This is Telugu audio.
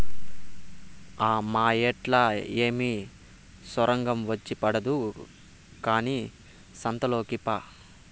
ఆ మాయేట్లా ఏమి సొరంగం వచ్చి పడదు కానీ సంతలోకి పా